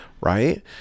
right